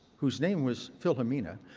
whose name was philomena,